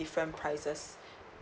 different prices